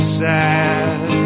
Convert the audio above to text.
sad